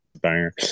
banger